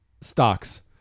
stocks